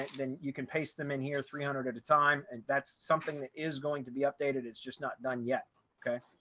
then you can paste them in here. three hundred at a time, and that's something that is going to be updated. it's just not done yet. okay?